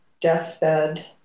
Deathbed